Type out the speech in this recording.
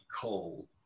cold